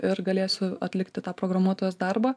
ir galėsiu atlikti tą programuotojos darbą